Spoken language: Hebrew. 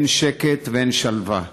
אין שקט ואין שלווה,